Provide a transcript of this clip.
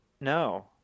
No